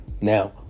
Now